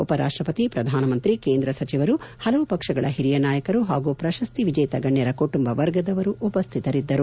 ಉಪರಾಷ್ಷಪತಿ ಪ್ರಧಾನ ಮಂತ್ರಿ ಕೇಂದ್ರಸಚಿವರು ಪಲವು ಪಕ್ಷಗಳ ಹಿರಿಯ ನಾಯಕರು ಹಾಗೂ ಪ್ರಶಸ್ತಿ ವಿಜೇತ ಗಣ್ಯರ ಕುಟುಂಬ ವರ್ಗದವರು ಉಪಸ್ತಿತರಿದ್ದರು